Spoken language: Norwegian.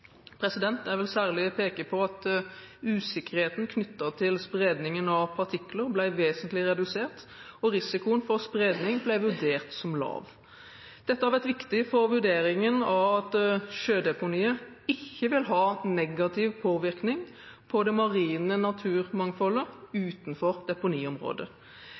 Jeg vil særlig peke på at usikkerheten knyttet til spredningen av partikler ble vesentlig redusert, og risikoen for spredning ble vurdert som lav. Dette har vært viktig for vurderingen av at sjødeponiet ikke vil ha negativ påvirkning på det marine naturmangfoldet utenfor deponiområdet.